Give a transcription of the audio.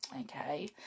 okay